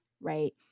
right